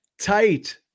tight